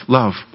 love